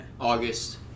August